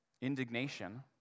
indignation